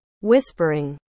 Whispering